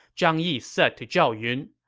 zhang yi said to zhao yun,